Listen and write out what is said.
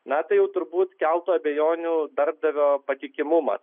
na tai jau turbūt keltų abejonių darbdavio patikimumas